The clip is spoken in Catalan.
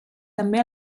també